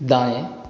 दाएँ